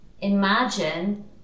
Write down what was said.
Imagine